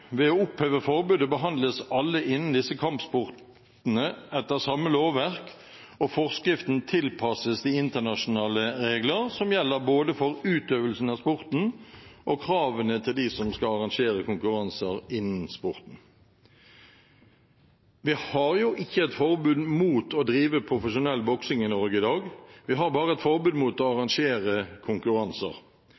Ved å oppheve forbudet behandles alle innen disse kampsportene etter samme lovverk, og forskriften tilpasses de internasjonale regler som gjelder for utøvelsen av sporten og kravene til dem som skal arrangere konkurranser innen sporten. Vi har ikke et forbud mot å drive profesjonell boksing i Norge i dag, vi har bare et forbud mot å